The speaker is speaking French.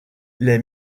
les